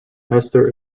hester